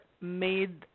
made